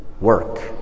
work